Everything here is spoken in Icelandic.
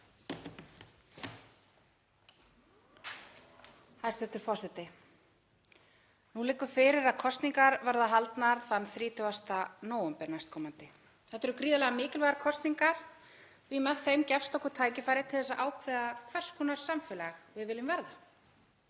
Hæstv. forseti. Nú liggur fyrir að kosningar verða haldnar 30. nóvember næstkomandi. Þetta eru gríðarlega mikilvægar kosningar því með þeim gefst okkur tækifæri til þess að ákveða hvers konar samfélag við viljum verða.